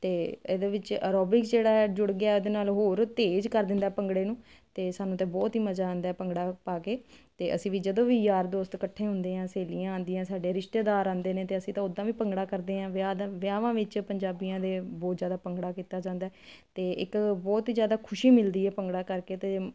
ਤੇ ਇਹਦੇ ਵਿੱਚ ਅਰੋਬਿਕ ਜਿਹੜਾ ਹੈ ਜੁੜ ਗਿਆ ਇਹਦੇ ਨਾਲ ਹੋਰ ਤੇਜ਼ ਕਰ ਦਿੰਦਾ ਭੰਗੜੇ ਨੂੰ ਤੇ ਸਾਨੂੰ ਤੇ ਬਹੁਤ ਹੀ ਮਜ਼ਾ ਆਉਂਦਾ ਭੰਗੜਾ ਪਾ ਕੇ ਤੇ ਅਸੀਂ ਵੀ ਜਦੋਂ ਵੀ ਯਾਰ ਦੋਸਤ ਇਕੱਠੇ ਹੁੰਦੇ ਆ ਸਹੇਲੀਆਂ ਆਉਂਦੀਆਂ ਸਾਡੇ ਰਿਸ਼ਤੇਦਾਰ ਆਉਂਦੇ ਨੇ ਤੇ ਅਸੀਂ ਤਾਂ ਉਦਾਂ ਵੀ ਭੰਗੜਾ ਕਰਦੇ ਆ ਵਿਆਹ ਦੇ ਵਿਆਹਾਵਾਂ ਵਿੱਚ ਪੰਜਾਬੀਆਂ ਦੇ ਬਹੁਤ ਜਿਆਦਾ ਭੰਗੜਾ ਕੀਤਾ ਜਾਂਦਾ ਤੇ ਇੱਕ ਬਹੁਤ ਜਿਆਦਾ ਖੁਸ਼ੀ ਮਿਲਦੀ ਹ ਭੰਗੜਾ ਕਰਕੇ ਤੇ